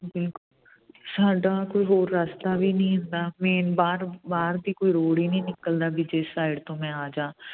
ਬਿਲਕੁਲ ਸਾਡਾ ਕੋਈ ਹੋਰ ਰਸਤਾ ਵੀ ਨਹੀਂ ਹੁੰਦਾ ਮੇਨ ਬਾਹਰ ਬਾਹਰ ਦੀ ਕੋਈ ਰੋਡ ਹੀ ਨਹੀਂ ਨਿਕਲਦਾ ਵੀ ਜਿਸ ਸਾਈਡ ਤੋਂ ਮੈਂ ਆ ਜਾ